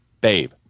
babe